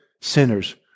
sinners